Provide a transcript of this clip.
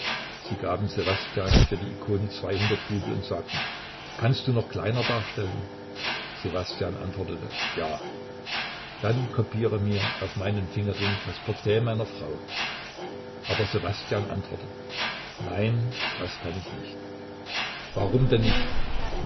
sie gaben ssewastjan für die ikone zweihundert rubel und sagten kannst du noch kleiner darstellen ssewastjan antwortet ja dann kopiere mir auf meinen fingerring das porträt meiner frau aber ssewastjan antwortet nein das kann ich nicht warum denn nicht